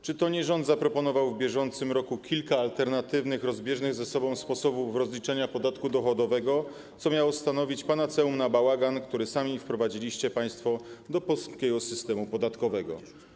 Czy to nie rząd zaproponował w bieżącym roku kilka alternatywnych, rozbieżnych sposobów rozliczenia podatku dochodowego, co miało stanowić panaceum na bałagan, który sami wprowadziliście państwo do polskiego systemu podatkowego?